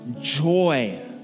joy